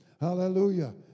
Hallelujah